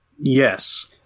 yes